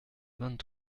vingt